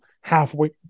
halfway